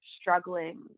struggling